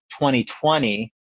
2020